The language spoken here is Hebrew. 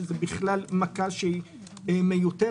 שזה בכלל מכה מיותרת.